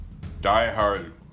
diehard